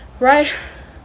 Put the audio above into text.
right